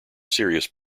serious